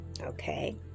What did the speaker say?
okay